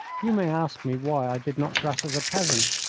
you may ask me why i did not dress as a peasant,